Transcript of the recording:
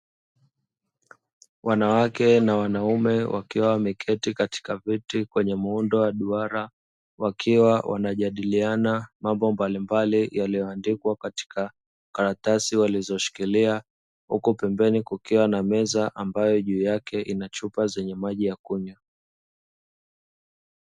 Wanawake na wanaume wakiwa wameketi katika viti kwenye muundo wa duara, wakiwa wanajadiliana mambo mbalimbali yaliyoandikwa katika karatasi walizoshikilia, huku pembeni kukiwa na meza ambayo juu yake Ina chupa za maji ya kunywa.